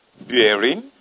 bearing